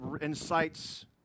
incites